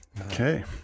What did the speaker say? Okay